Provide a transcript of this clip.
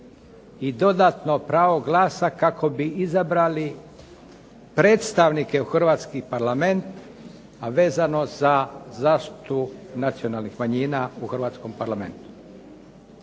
i dodatno pravo glasa kako bi izabrali predstavnike u hrvatski Parlament, a vezano za zaštitu nacionalnih manjina u hrvatskom Parlamentu.